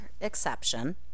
exception